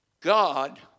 God